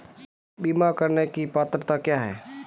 बीमा करने की पात्रता क्या है?